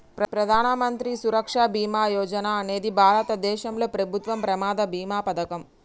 ప్రధాన మంత్రి సురక్ష బీమా యోజన అనేది భారతదేశంలో ప్రభుత్వం ప్రమాద బీమా పథకం